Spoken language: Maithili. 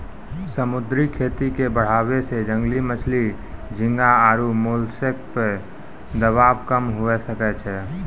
समुद्री खेती के बढ़ाबै से जंगली मछली, झींगा आरु मोलस्क पे दबाब कम हुये सकै छै